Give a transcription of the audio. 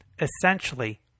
essentially